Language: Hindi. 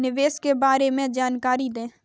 निवेश के बारे में जानकारी दें?